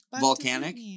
volcanic